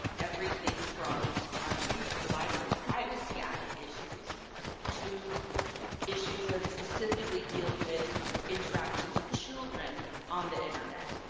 everything from our usual library privacy act issues to issues that specifically deal with interactions of children on the internet.